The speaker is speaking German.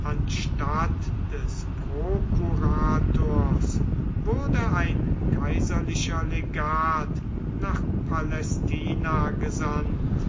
anstatt des prokurators wurde ein kaiserlicher legat nach palästina gesandt